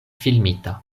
filmita